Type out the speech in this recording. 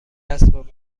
اسباب